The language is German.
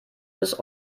bis